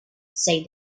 said